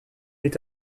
est